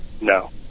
No